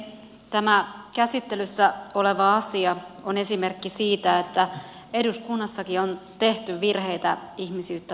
tämä käsittelyssä oleva asia on esimerkki siitä että eduskunnassakin on tehty virheitä ihmisyyttä vastaan